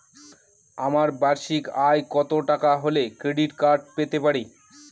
আমার বার্ষিক আয় কত টাকা হলে ক্রেডিট কার্ড পেতে পারি?